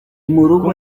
murugo